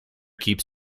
keeps